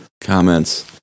comments